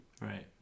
Right